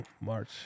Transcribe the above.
March